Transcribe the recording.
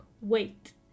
wait